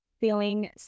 feeling